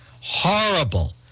horrible